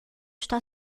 está